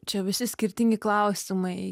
čia visi skirtingi klausimai